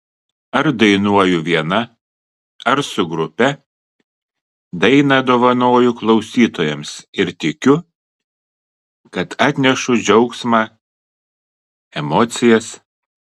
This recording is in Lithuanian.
ar dainuoju viena ar su grupe dainą dovanoju klausytojams ir tikiu kad atnešu džiaugsmą emocijas